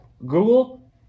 google